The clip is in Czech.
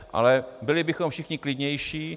Ale byli bychom všichni klidnější.